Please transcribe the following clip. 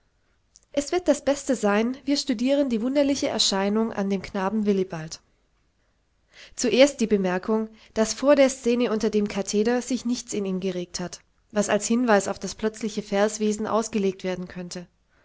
es wird das beste sein wir studieren die wunderliche erscheinung an dem knaben willibald zuerst die bemerkung daß vor der szene unter dem katheder sich nichts in ihm geregt hat was als hinweis auf das plötzliche verswesen ausgelegt werden könnte